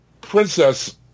Princess